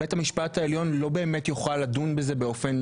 בית המשפט העליון לא באמת יוכל לדון בזה באופן